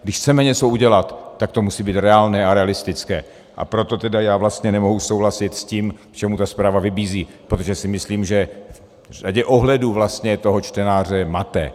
Když chceme něco udělat, tak to musí být reálné a realistické, a proto tedy já vlastně nemohu souhlasit s tím, k čemu ta zpráva vybízí, protože si myslím, že v řadě ohledů vlastně toho čtenáře mate.